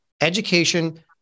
education